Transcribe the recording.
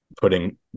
putting